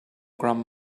grand